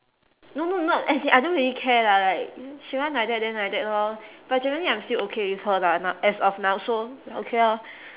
no no no as in I don't really care lah like she want like that then like that lor but generally I'm still okay with her lah no~ as of now so okay lor